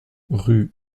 rue